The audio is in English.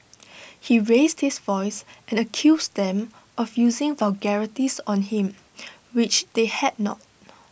he raised his voice and accused them of using vulgarities on him which they had not